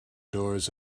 doors